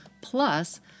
Plus